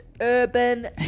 urban